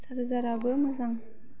चार्जाराबो मोजां